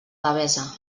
devesa